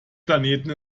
planeten